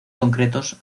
concretos